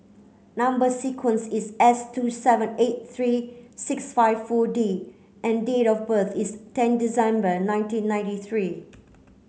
number sequence is S two seven eight three six five four D and date of birth is ten December nineteen ninety three